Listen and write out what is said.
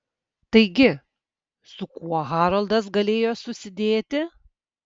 taigi su kuo haroldas galėjo susidėti